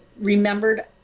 remembered